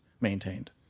maintained